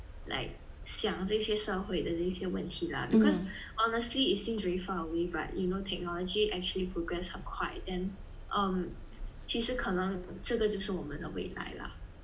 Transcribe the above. like 想这些社会的那些问题 lah because honestly it seems very far away but you know technology actually progress 很快 then um 其实可能这个就是我们的未来 lah